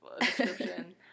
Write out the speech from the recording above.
description